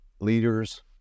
leaders